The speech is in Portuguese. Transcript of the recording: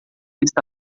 está